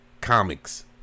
comics